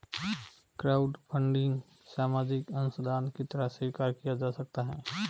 crowdfunding सामाजिक अंशदान की तरह स्वीकार किया जा सकता है